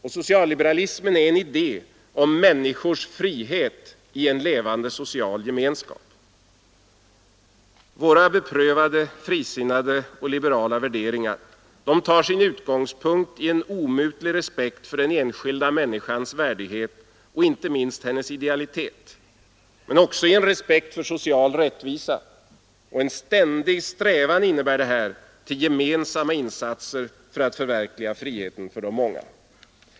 Och socialliberalismen är en idé om människors frihet i en levande social gemenskap. Våra beprövade, frisinnade och liberala värderingar har sin utgångspunkt i en omutlig respekt för den enskilda människans värdighet och inte minst hennes idealitet, men också i en respekt för social rättvisa. Det innebär en ständig strävan till gemensamma insatser för att förverkliga friheten för de många.